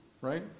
Right